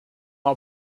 are